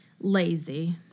lazy